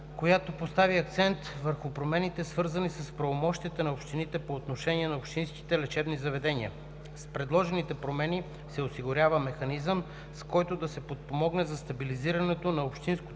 която постави акцент върху промените, свързани с правомощията на общините по отношение на общинските лечебни заведения. С предложените промени се осигурява механизъм, с който да се подпомогне за стабилизирането на общинско